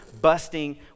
busting